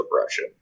oppression